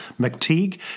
McTeague